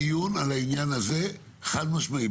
אני מוכן לעשות דיון על העניין הזה חד משמעי,